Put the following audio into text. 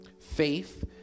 faith